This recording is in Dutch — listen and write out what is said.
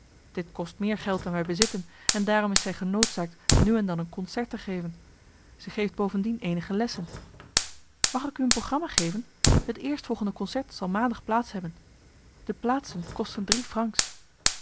dit kost meer geld dan wij bezitten en daarom is zij genoodzaakt nu en dan een concert te geven zij heeft bovendien eenige lessen mag ik u een programma geven het eerstvolgende concert zal maandag plaats hebben de plaatsen kosten drie francs